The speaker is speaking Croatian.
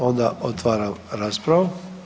Onda otvaram raspravu.